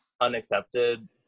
unaccepted